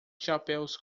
chapéus